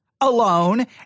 alone